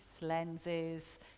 lenses